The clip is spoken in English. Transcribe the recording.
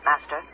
Master